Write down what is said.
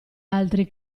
altri